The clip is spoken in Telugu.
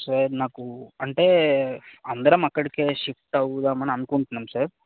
సార్ నాకు అంటే అందరం అక్కడికి షిఫ్ట్ అవుదాం అని అనుకుంటున్నాం సార్